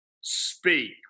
speak